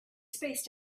spaced